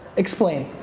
explain.